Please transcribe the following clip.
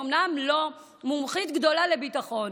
אני אומנם לא מומחית גדולה לביטחון,